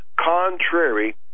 contrary